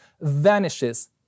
vanishes